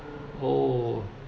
oh